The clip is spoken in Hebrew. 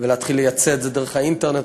ולהתחיל לייצא את זה דרך האינטרנט,